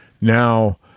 now